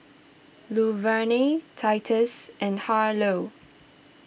Luverne Titus and Harlow